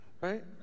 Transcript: right